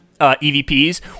EVPs